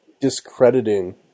discrediting